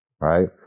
right